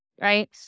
right